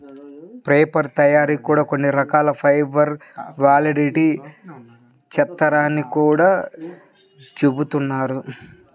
paper తయ్యారీ కూడా కొన్ని రకాల ఫైబర్ ల్ని వాడి చేత్తారని గూడా జెబుతున్నారు